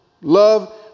Love